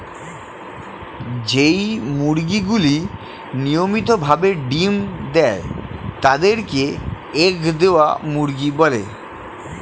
যেই মুরগিগুলি নিয়মিত ভাবে ডিম্ দেয় তাদের কে এগ দেওয়া মুরগি বলে